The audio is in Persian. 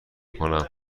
کنم